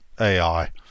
AI